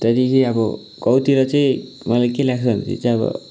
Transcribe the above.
त्यहाँदेखि अब गाउँतिर चाहिँ मलाई के लाग्छ भन्दाखेरि चाहिँ अब